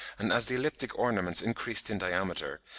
and as the elliptic ornaments increased in diameter,